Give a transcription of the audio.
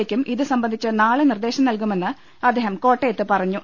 യ്ക്കും ഇതുസംബ ന്ധിച്ച് നാളെ നിർദ്ദേശം നൽകുമെന്ന് അദ്ദേഹം കോട്ടയത്ത് പറഞ്ഞു